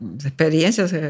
experiencias